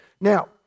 Now